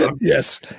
Yes